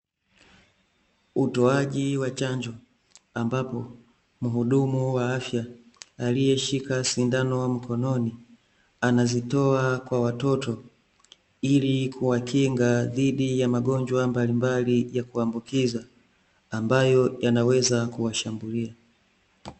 Utoaji wa chanjo ambapo, muhudumu wa afya aliyeshika sindano mkononi, anazitoa kwa watoto, ili kuwakinga dhidi ya magonjwa mbalimbali ya kuambukiza , ambayo yanaweza kuwashambulia.